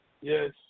Yes